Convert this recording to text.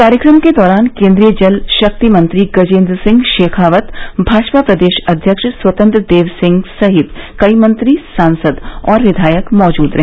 कार्यक्रम के दौरान केन्द्रीय जल शक्ति मंत्री गजेन्द्र सिंह शेखावत भाजपा प्रदेश अध्यक्ष स्वतंत्र देव सिंह सहित कई मंत्री सांसद और विधायक मौजूद रहे